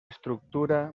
estructura